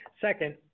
Second